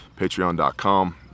patreon.com